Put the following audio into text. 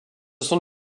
sont